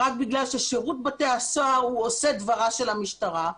רק בגלל ששירות בתי הסוהר הוא עושה דברה של המשטרה.